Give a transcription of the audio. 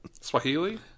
Swahili